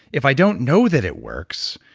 if i don't know that it works,